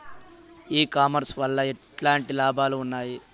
ఈ కామర్స్ వల్ల ఎట్లాంటి లాభాలు ఉన్నాయి?